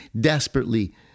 desperately